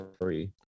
free